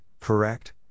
correct